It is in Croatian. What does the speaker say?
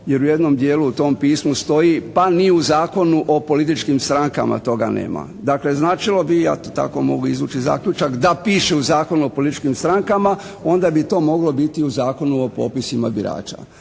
jer u jednom dijelu u tom pismu stoji pa ni u Zakonu o političkih strankama toga nema. Dakle značilo bi, ja to tako mogu izvući iz zaključaka da piše u Zakonu o političkim strankama onda bi to moglo biti u Zakonu o popisima birača.